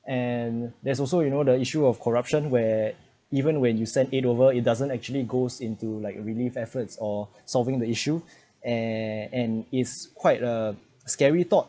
and there's also you know the issue of corruption where even when you send it over it doesn't actually goes into like relief efforts or solving the issue and and is quite a scary thought